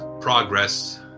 progress